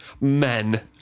Men